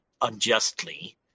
unjustly